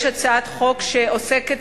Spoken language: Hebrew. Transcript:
יש הצעת חוק שעוסקת